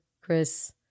Chris